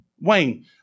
Wayne